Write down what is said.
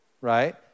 right